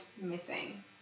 missing